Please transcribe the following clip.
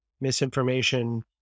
misinformation